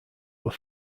were